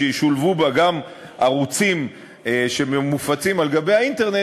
שישולבו בה גם ערוצים שמופצים על גבי האינטרנט,